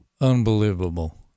unbelievable